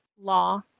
Law